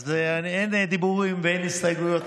אז אין דיבורים ואין הסתייגויות.